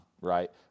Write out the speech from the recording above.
right